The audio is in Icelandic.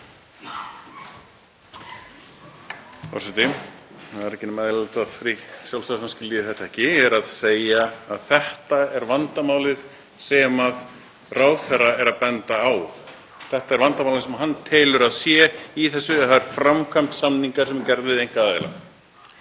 þetta er vandamálið sem ráðherra er að benda á, þetta er vandamálið sem hann telur að sé í þessu, þ.e. framkvæmd samninga sem gerðir eru við